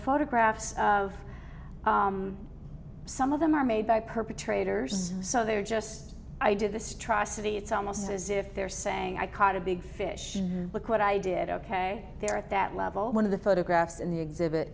photographs of some of them are made by perpetrators so they're just i do this tri city it's almost as if they're saying i caught a big fish but what i did ok there at that level one of the photographs in the exhibit